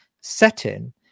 setting